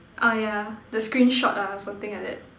ah yeah the screenshot ah something like that